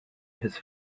his